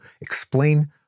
explain